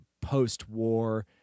post-war